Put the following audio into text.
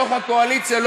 בתוך הקואליציה,